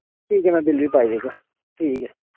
ठीक ऐ में बिल बी पाई देगा ठीक ऐ